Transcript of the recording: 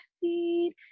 feet